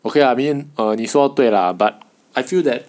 okay lah I mean 你说对 lah but I feel that